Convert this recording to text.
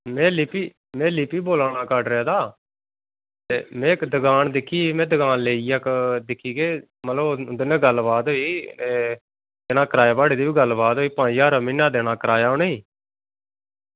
में लिपी लिपी बोल्ला ना कटरै दा में इक्क दुकान दिक्खी ही में इक्क दुकान लैती ऐ मतलब उंदे कन्नै गल्ल बात होई ते किराए दी बी गल्ल बात होई पंज ज्हार किराया देना उनेंगी म्हीनै दा